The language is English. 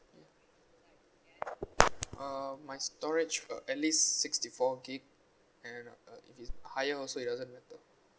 uh my storage uh at least sixty four gig and uh if it's higher also it doesn't matter